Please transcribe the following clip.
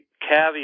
caveat